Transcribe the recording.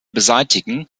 beseitigen